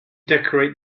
decorate